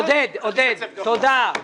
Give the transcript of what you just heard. עודד, תודה.